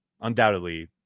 undoubtedly